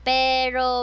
pero